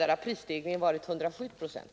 Där har prisstegringen varit 107 procent.